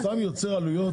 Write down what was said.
זה סתם יוצר עלויות נוספות.